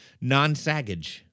non-saggage